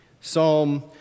Psalm